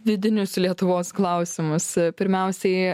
vidinius lietuvos klausimus pirmiausiai